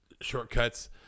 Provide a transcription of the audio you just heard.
shortcuts